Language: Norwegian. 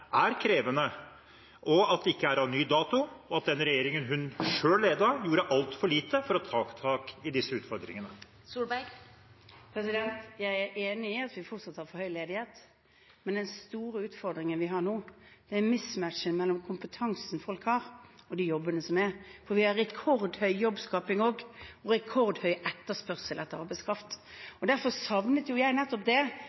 er krevende, at de ikke er av ny dato, og at den regjeringen hun selv ledet, gjorde altfor lite for å ta tak i disse utfordringene? Jeg er enig i at vi fortsatt har for høy ledighet, men den store utfordringen vi har nå, er mismatchen mellom den kompetansen folk har, og de jobbene som er. Vi har rekordhøy jobbskaping og rekordhøy etterspørsel etter arbeidskraft. Derfor savnet jeg det